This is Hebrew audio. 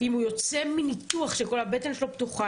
אם הוא יוצא מניתוח שכל הבטן שלו פתוחה,